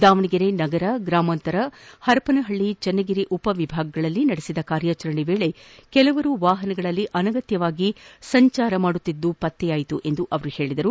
ದಾವಣಗೆರೆ ನಗರ ಗ್ರಾಮಾಂತರ ಪರಪ್ಪನಪಳ್ಳಿ ಚನ್ನಗಿರಿ ಉಪವಿಭಾಗಗಳಲ್ಲಿ ನಡೆಸಿದ ಕಾರ್ಯಾಚರಣೆ ವೇಳೆ ಕೆಲವರು ವಾಹನಗಳಲ್ಲಿ ಅನಗತ್ಯವಾಗಿ ಸಂಚರಿಸುತ್ತಿದ್ದುದು ಪತ್ತೆಯಾಯಿತು ಎಂದು ಅವರು ಹೇಳಿದರು